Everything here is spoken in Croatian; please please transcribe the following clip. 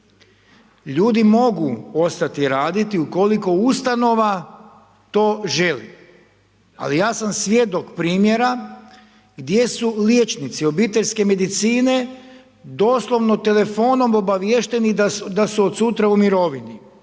Ljudi mogu ostati raditi ukoliko ustanova to želi, ali ja sam svjedok primjera gdje su liječnici obiteljske medicine doslovno telefonom obaviješteni da su od sutra u mirovini